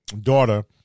daughter